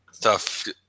tough